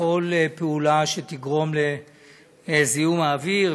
לכל פעולה שתגרום לזיהום האוויר,